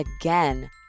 again